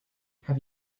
have